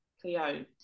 Cleo